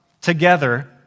together